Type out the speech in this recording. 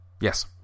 Yes